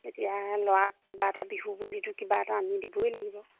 এতিয়া ল'ৰাক কিবা এটা বিহু বুলিতো কিবা এটা আনি দিবই লাগিব